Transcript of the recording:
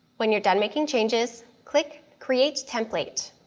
when you're done making changes, click create template.